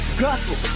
gospel